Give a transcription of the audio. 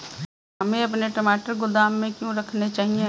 हमें अपने टमाटर गोदाम में क्यों रखने चाहिए?